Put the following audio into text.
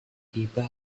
tiba